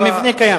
המבנה קיים.